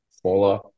smaller